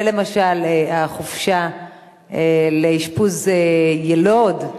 ולמשל החופשה בגלל אשפוז יילוד,